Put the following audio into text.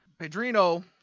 Pedrino